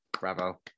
bravo